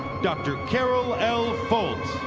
dr. carol l. folt.